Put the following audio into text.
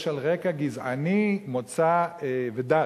יש על רקע גזעני, מוצא ודת.